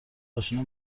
آشنا